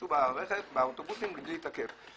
ייסעו באוטובוסים בלי לתקף.